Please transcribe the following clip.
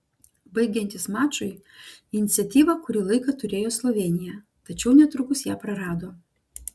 baigiantis mačui iniciatyvą kuri laiką turėjo slovėnija tačiau netrukus ją prarado